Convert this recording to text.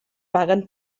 paguen